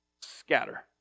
Scatter